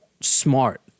smart